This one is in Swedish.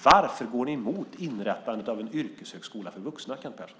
Varför går ni då mot inrättandet av en yrkeshögskola för vuxna, Kent Persson?